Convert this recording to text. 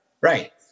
Right